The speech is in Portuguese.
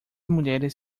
mulheres